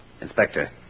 Inspector